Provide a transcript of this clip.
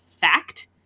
fact